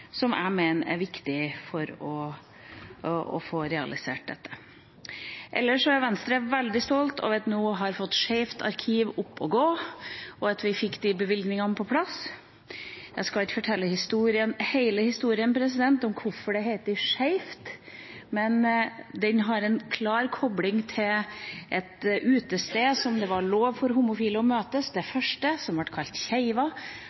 som jeg mener er viktig for å få realisert dette. Ellers er Venstre veldig stolt over at vi har fått Skeivt arkiv opp å gå, og at vi fikk bevilgningene på plass. Jeg skal ikke fortelle hele historien om hvorfor det heter «skeivt», men den har en klar kobling til et utested som var det første der det var lov for homofile å møtes. Det ble kalt